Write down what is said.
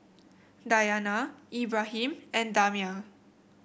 Dayana Ibrahim and Damia